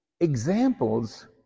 examples